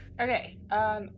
Okay